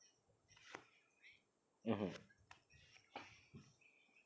mmhmm